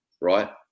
right